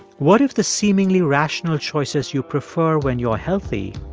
what if the seemingly rational choices you prefer when you're healthy